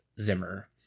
zimmer